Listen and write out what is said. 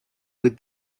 with